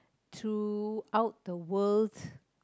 throughout the world's